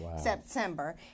September